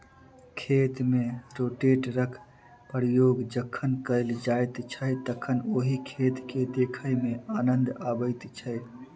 खेत मे रोटेटरक प्रयोग जखन कयल जाइत छै तखन ओहि खेत के देखय मे आनन्द अबैत छै